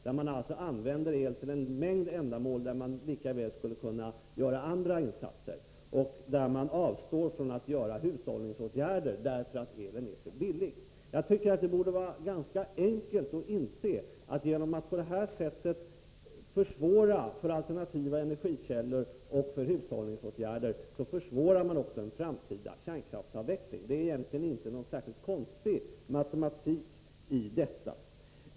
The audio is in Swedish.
Det innebär alltså att man använder el till en mängd ändamål där lika väl andra insatser skulle kunna göras, och att man avstår från att vidta hushållningsåtgärder därför att el är så billig. Jag tycker att det borde vara ganska enkelt att inse att man genom att på detta sätt försvåra för alternativa energikällor och för hushållningsåtgärder också försvårar en framtida kärnkraftsavveckling. Det är egentligen inte någon särskilt konstig matematik i detta.